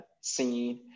scene